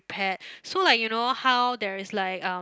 pet so like you know how there is like um